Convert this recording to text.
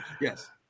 Yes